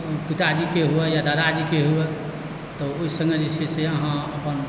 पिताजीके होइ या दादाजीके होइ तऽ ओहि सङ्ग जे छै से अहाँ अपन